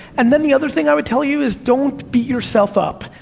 and then the other thing i would tell you, is don't beat yourself up.